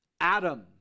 Adam